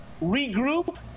regroup